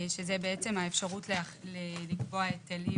זאת האפשרות לקבוע היטלי